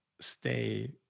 stay